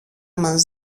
μας